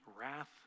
wrath